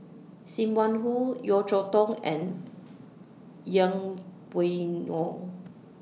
SIM Wong Hoo Yeo Cheow Tong and Yeng Pway Ngon